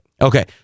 Okay